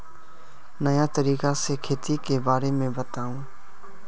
नया तरीका से खेती के बारे में बताऊं?